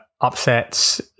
upsets